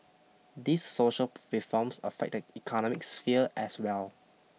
these social reforms affect the economic sphere as well